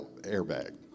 airbag